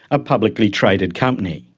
a publicly traded company.